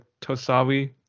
Tosawi